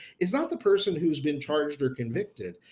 it's not the person who's been charged or convicted.